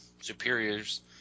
superiors –